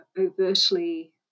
overtly